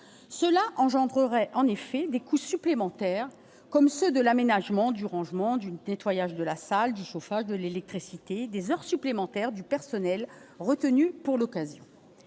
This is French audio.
cela engendrerait en effet une des coûts supplémentaires, comme ceux de l'aménagement du rangement d'une tête Y H de la salle du chauffage, de l'électricité des heures supplémentaires, du personnel retenu pour l'occasion